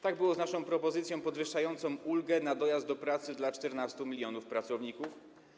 Tak było z naszą propozycją podwyższającą ulgę na dojazd do pracy dla 14 mln pracowników.